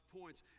points